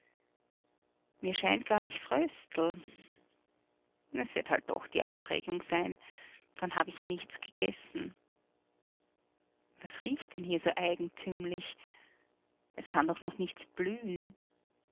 mir scheint gar ich fröstel es wird halt doch die aufregung sein dann hab ich ja nichts gegessen was riecht denn da so eigentümlich es kann doch noch nichts blühen